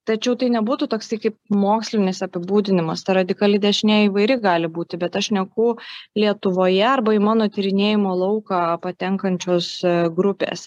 tačiau tai nebūtų toksai kaip mokslinis apibūdinimas radikali dešinė įvairi gali būti bet aš šneku lietuvoje arba į mano tyrinėjimo lauką patenkančios grupės